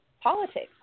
politics